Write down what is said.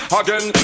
again